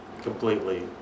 completely